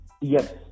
yes